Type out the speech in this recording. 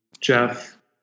Jeff